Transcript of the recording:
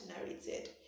narrated